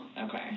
okay